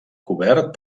cobert